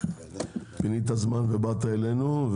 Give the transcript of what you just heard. פינית זמן ובאת אלינו,